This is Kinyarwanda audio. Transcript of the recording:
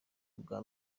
bwa